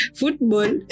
football